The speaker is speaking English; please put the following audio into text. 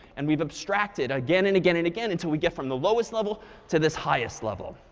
and we've abstracted again and again and again, until we get from the lowest level to this highest level.